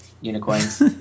unicorns